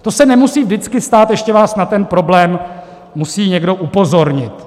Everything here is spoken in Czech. To se nemusí vždycky stát, ještě vás na ten problém musí někdo upozornit.